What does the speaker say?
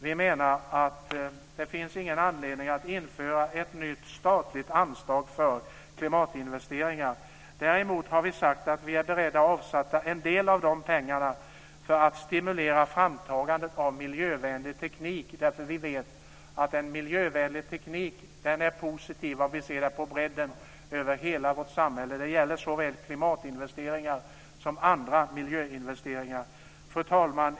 Vi menar att det inte finns någon anledning att införa ett nytt statligt anslag för klimatinvesteringar. Däremot har vi sagt att vi är beredda att avsätta en del av de pengarna för att stimulera framtagandet av miljövänlig teknik, därför att vi vet att en miljövänlig teknik är positiv sett till bredden över hela vårt samhälle. Det gäller såväl klimatinvesteringar som andra miljöinvesteringar. Fru talman!